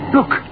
Look